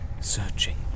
searching